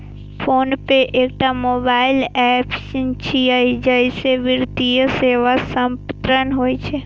PhonePe एकटा mobile app छियै, जइसे वित्तीय सेवा संपन्न होइ छै